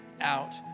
out